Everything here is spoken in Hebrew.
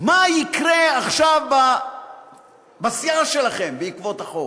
מה יקרה עכשיו בסיעה שלכם בעקבות החוק?